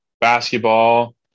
basketball